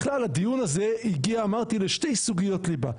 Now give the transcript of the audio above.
בכלל הדיון הזה הגיע, אמרתי, לשתי סוגיות ליבה.